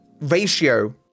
ratio